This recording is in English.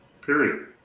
Period